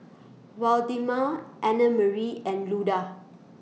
Waldemar Annamarie and Luda